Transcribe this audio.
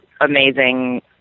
amazing